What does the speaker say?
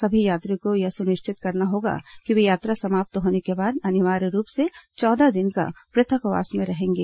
सभी यात्रियों को यह सुनिश्चित करना होगा कि वे यात्रा समाप्त होने के बाद अनिवार्य रूप से चौदह दिन के पृथकवास में रहेंगे